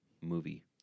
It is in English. Movie